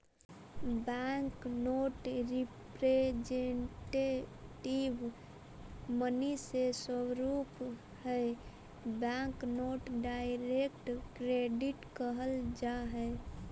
bank note representative money के स्वरूप हई बैंक नोट डायरेक्ट क्रेडिट कहल जा हई